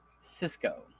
Cisco